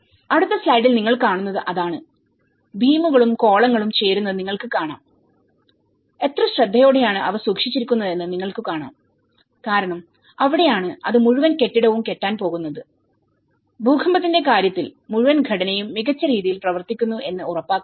അടുത്ത സ്ലൈഡിൽ നിങ്ങൾ കാണുന്നത് അതാണ് ബീമുകളും കോളങ്ങളും ചേരുന്നത് നിങ്ങൾക്ക് കാണാം എത്ര ശ്രദ്ധയോടെയാണ് അവ സൂക്ഷിച്ചിരിക്കുന്നതെന്ന് നിങ്ങൾക്ക് കാണാം കാരണം അവിടെയാണ് അത് മുഴുവൻ കെട്ടിടവും കെട്ടാൻ പോകുന്നത് ഭൂകമ്പത്തിന്റെ കാര്യത്തിൽ മുഴുവൻ ഘടനയും മികച്ച രീതിയിൽ പ്രവർത്തിക്കുന്നു എന്ന് ഉറപ്പാക്കണം